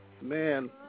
Man